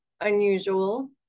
unusual